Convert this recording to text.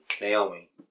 Naomi